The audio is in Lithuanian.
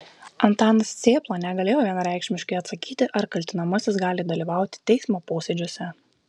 antanas cėpla negalėjo vienareikšmiškai atsakyti ar kaltinamasis gali dalyvauti teismo posėdžiuose